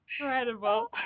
Incredible